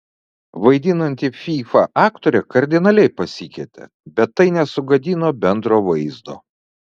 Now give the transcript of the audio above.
vaidinanti fyfą aktorė kardinaliai pasikeitė bet tai nesugadino bendro vaizdo